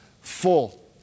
full